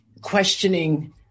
questioning